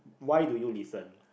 why do you listen